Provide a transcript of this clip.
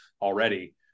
already